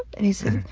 and he says,